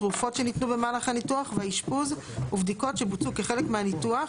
תרופות שניתנו במהלך הניתוח והאשפוז ובדיקות שבוצעו כחלק מהניתוח,